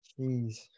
Jeez